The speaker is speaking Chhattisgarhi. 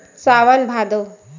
सावन भादो